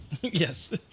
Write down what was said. Yes